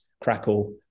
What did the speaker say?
crackle